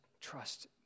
trust